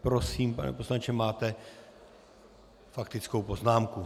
Prosím, pane poslanče, máte faktickou poznámku.